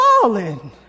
falling